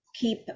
keep